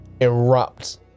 erupt